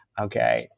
Okay